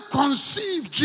conceived